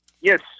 Yes